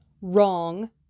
Wrong